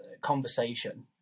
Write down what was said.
conversation